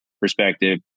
perspective